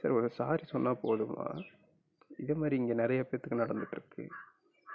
sir ஒரு sorry சொன்னால் போதுமா இதை மாதிரி இங்க நிறைய பேத்துக்கு நடந்துகிட்ருக்கு